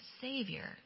Savior